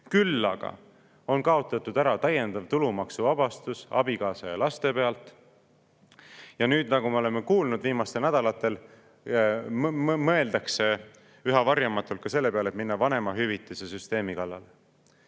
Küll aga on kaotatud ära täiendav tulumaksuvabastus abikaasa ja laste pealt. Ja nüüd, nagu me oleme viimastel nädalatel kuulnud, mõeldakse üha varjamatumalt ka selle peale, et tuleks minna vanemahüvitise süsteemi kallale.